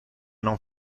non